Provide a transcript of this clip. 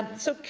so,